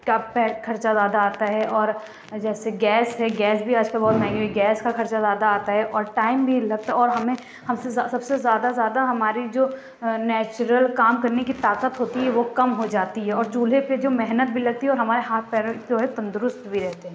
کا پے خرچہ زیادہ آتا ہے اور جیسے گیس ہے گیس بھی آج کل بہت مہنگی ہوئی گیس کا خرچہ زیادہ آتا ہے اور ٹائم بھی لگتا اور ہمیں ہم سے زا سب سے زیادہ زیادہ ہمارے جو نیچرل کام کرنے کی طاقت ہوتی ہے وہ کم ہو جاتی ہے اور چولہے پہ جو محنت بھی لگتی ہے اور ہمارے ہاتھ پیر جو ہے تندرست بھی رہتے ہیں